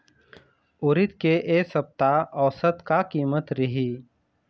उरीद के ए सप्ता औसत का कीमत रिही?